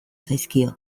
zaizkio